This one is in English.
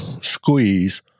squeeze